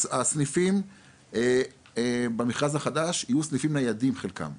הסניפים במרכז החדש יהיו סניפים ניידים חלקם,